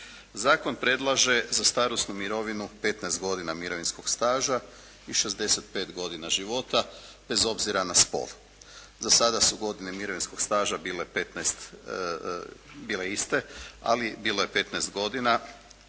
Zakon predlaže za starosnu mirovinu petnaest godina mirovinskog staža i 65 godina života bez obzira na spol. Do sada su godine mirovinskog staža bile iste ali bilo je petnaest godina,